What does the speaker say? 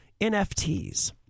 nfts